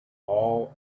all